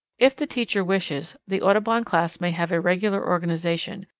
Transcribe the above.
if the teacher wishes, the audubon class may have a regular organization,